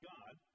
God